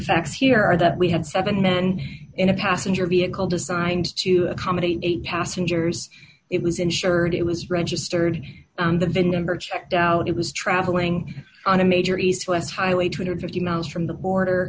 facts here are that we had seven men in a passenger vehicle designed to accommodate passengers it was insured it was registered on the vin number checked out it was traveling on a major east west highway two hundred and fifty miles from the border